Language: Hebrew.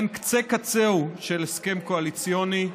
אין קצה-קצהו של הסכם קואליציוני.